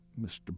Mr